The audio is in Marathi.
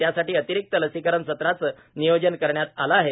यासाठी अतिरिक्त लसीकरण सत्राचे नियोजन करण्यात आले आहे